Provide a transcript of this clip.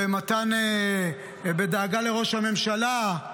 בדאגה לראש הממשלה,